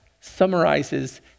summarizes